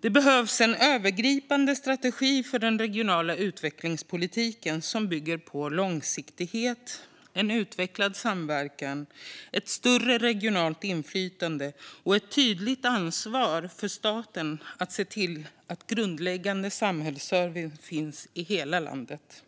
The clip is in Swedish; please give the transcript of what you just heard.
Det behövs en övergripande strategi för den regionala utvecklingspolitiken som bygger på långsiktighet, en utvecklad samverkan, ett större regionalt inflytande och ett tydligt ansvar för staten att se till att grundläggande samhällsservice finns i hela landet.